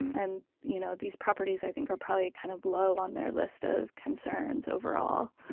and you know these properties i think are probably kind of low on their list of concerns overall.